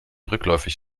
rückläufig